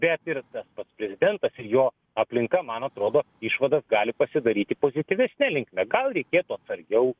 bet ir tas pats prezidentas ir jo aplinka man atrodo išvadas gali pasidaryti pozityvesne linkme gal reikėtų atsargiau